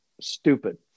stupid